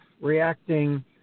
reacting